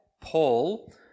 Paul